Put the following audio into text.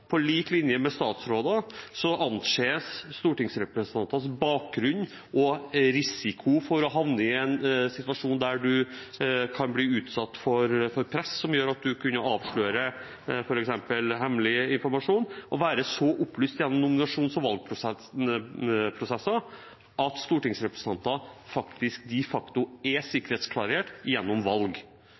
på lik linje med statsråders, bakgrunn og risiko for å havne i en situasjon der man kan bli utsatt for press som gjør at man kan avsløre hemmelig informasjon, å være så opplyst gjennom nominasjons- og valgprosesser at stortingsrepresentanter de facto er sikkerhetsklarert gjennom valg.